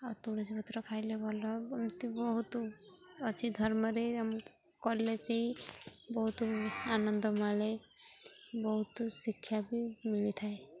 ଆଉ ତୁଳସୀ ପତ୍ର ଖାଇଲେ ଭଲ ଏମିତି ବହୁତ ଅଛି ଧର୍ମରେ ଆମ କଲେ ସେଇ ବହୁତ ଆନନ୍ଦ ମିଳେ ବହୁତ ଶିକ୍ଷା ବି ମିଳିଥାଏ